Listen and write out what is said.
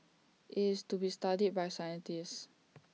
IT is to be studied by scientists